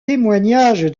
témoignage